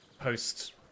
post